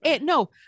No